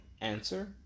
answer